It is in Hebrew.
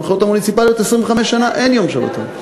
בבחירות המוניציפליות, 25 שנה אין יום שבתון.